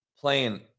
playing